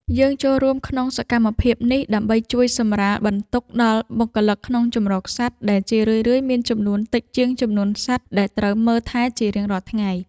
យើងចូលរួមក្នុងសកម្មភាពនេះដើម្បីជួយសម្រាលបន្ទុកដល់បុគ្គលិកក្នុងជម្រកសត្វ ដែលជារឿយៗមានចំនួនតិចជាងចំនួនសត្វដែលត្រូវមើលថែជារៀងរាល់ថ្ងៃ។